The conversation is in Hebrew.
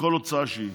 מכל הוצאה שהיא.